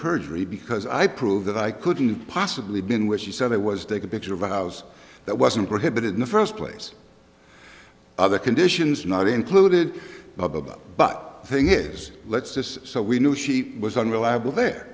perjury because i proved that i couldn't possibly been which she said i was take a picture of a house that wasn't prohibited in the first place other conditions not included but the thing is let's just so we knew she was unreliable there